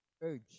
urge